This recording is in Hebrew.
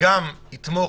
תודה